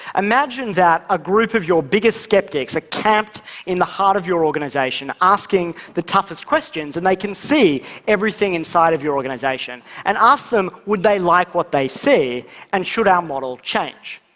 imagine that a group of your biggest skeptics are camped in the heart of your organization asking the toughest questions and they can see everything inside of your organization. and ask them, would they like what they see and should our model change?